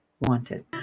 wanted